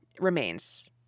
remains